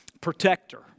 protector